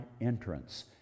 entrance